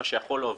מה שיכול להוביל,